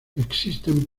existen